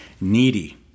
needy